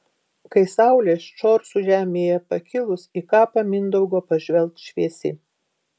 kai saulė ščorsų žemėje pakilus į kapą mindaugo pažvelgs šviesi